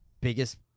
biggest